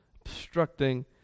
obstructing